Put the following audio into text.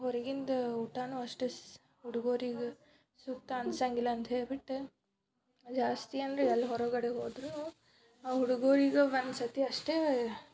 ಹೊರಗಿಂದು ಊಟವೂ ಅಷ್ಟೇ ಸ್ ಹುಡುಗೋರಿಗೆ ಸೂಕ್ತ ಆನಿಸಂಗಿಲ್ಲ ಅಂತ್ಹೇಳ್ಬಿಟ್ಟು ಜಾಸ್ತಿ ಅಂದ್ರೆ ಎಲ್ಲಿ ಹೊರಗಡೆ ಹೋದರೂ ಆ ಹುಡುಗರಿಗೂ ಒಂದು ಸರ್ತಿ ಅಷ್ಟೇ